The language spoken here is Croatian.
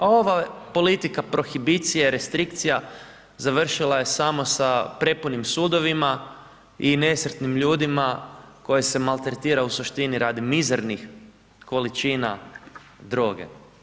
A ova politika prohibicije, restrikcija, završila je samo sa prepunim sudovima i nesretnim ljudima koje se maltretira u suštini radi mizernih količina droge.